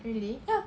ya